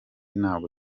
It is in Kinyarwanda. ntabwo